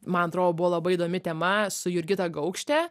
man atrodo buvo labai įdomi tema su jurgita gaukšte